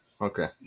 Okay